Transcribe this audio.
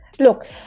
look